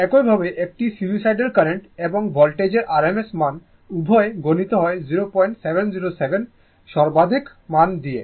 একইভাবে একটি sinusoidal current এবং ভোল্টেজের rms মান উভয়ই গুণিত হয় 0707 সর্বাধিক মান দিয়ে